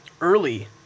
early